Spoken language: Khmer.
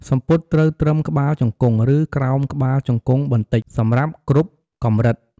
សំពត់ត្រូវត្រឹមក្បាលជង្គង់ ឬក្រោមក្បាលជង្គង់បន្តិច សម្រាប់គ្រប់កម្រិត។